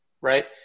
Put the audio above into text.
right